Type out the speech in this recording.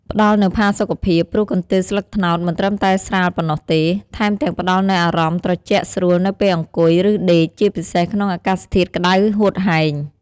ផ្ដល់នូវផាសុខភាព ព្រោះកន្ទេលស្លឹកត្នោតមិនត្រឹមតែស្រាលប៉ុណ្ណោះទេ ថែមទាំងផ្តល់នូវអារម្មណ៍ត្រជាក់ស្រួលនៅពេលអង្គុយ ឬដេក ជាពិសេសក្នុងអាកាសធាតុក្តៅហួតហែង។